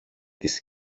της